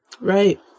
Right